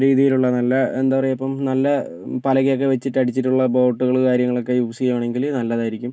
രീതിയിലുള്ള നല്ല എന്താ പറയുക ഇപ്പം നല്ല പലക ഒക്കെ വെച്ചിട്ട് അടിച്ചിട്ടുള്ള ബോട്ടുകൾ കാര്യങ്ങളൊക്കെ യൂസ് ചെയ്യുവാണെങ്കിൽ നല്ലതായിരിക്കും